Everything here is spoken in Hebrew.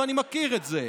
ואני מכיר את זה,